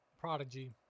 Prodigy